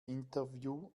interview